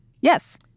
Yes